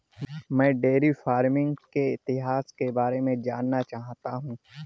मैं dairy farming के इतिहास के बारे में जानना चाहता हूं